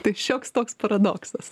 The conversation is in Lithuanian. tai šioks toks paradoksas